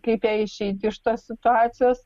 kaip jai išeiti iš tos situacijos